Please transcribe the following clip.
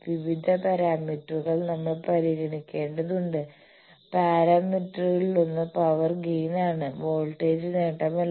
വിവിധ പാരാമീറ്ററുകൾ നമ്മൾ പരിഗണിക്കേണ്ടതുണ്ട് പാരാമീറ്ററുകളിലൊന്ന് പവർ ഗെയിൻ ആണ് വോൾട്ടേജ് നേട്ടമല്ല